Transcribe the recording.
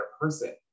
person